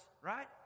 right